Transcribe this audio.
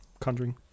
Conjuring